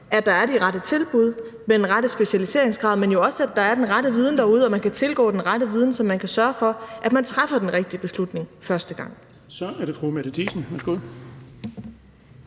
at der er de rette tilbud med den rette specialiseringsgrad, men jo også, at der er den rette viden derude, og at man kan tilgå den rette viden, så man kan sørge for, at man træffer den rigtige beslutning første gang.